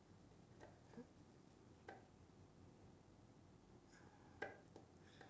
<S